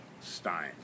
Stein